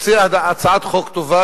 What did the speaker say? הוציאה הצעת חוק טובה,